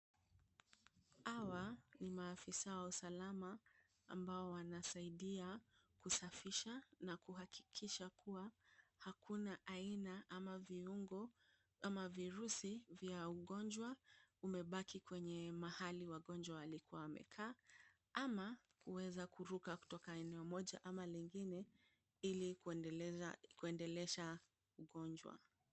Hawa ni maafisa wa usalama ambao wanasaidia kusafisha na kuhakikisha kuwa hakuna aina ama viungo ama virusi vya ugonjwa umebaki kwenye mahali wagonjwa walikua wamekaa, ama kuweza kuruka kutoka eneo moja ama lingine ili kuendeleza ugonjwa.